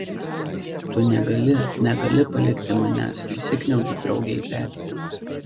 tu negali negali palikti manęs įsikniaubiu draugei į petį